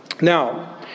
Now